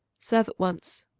serve at once.